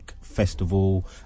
festival